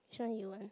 so he wanna